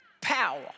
power